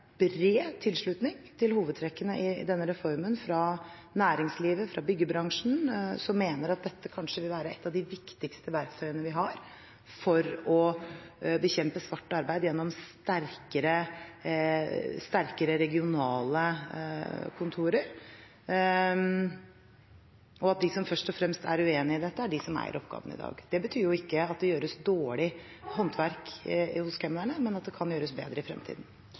bred tilslutning til hovedtrekkene i denne reformen fra næringslivet og fra byggebransjen, som mener at dette kanskje vil være et av de viktigste verktøyene vi har for å bekjempe svart arbeid gjennom sterkere regionale kontorer, og at de som først og fremst er uenig i dette, er de som eier oppgaven i dag. Det betyr ikke at det gjøres dårlig håndverk hos kemnerne, men at det kan gjøres bedre i fremtiden.